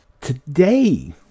Today